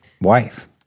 Wife